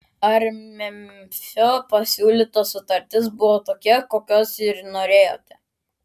ar memfio pasiūlyta sutartis buvo tokia kokios ir norėjote